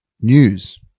news